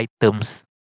items